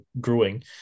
growing